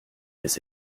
mes